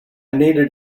needed